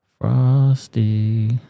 Frosty